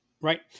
Right